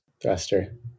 thruster